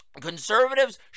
Conservatives